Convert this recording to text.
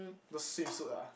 those swimsuit ah